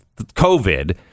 COVID